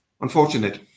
unfortunate